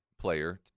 player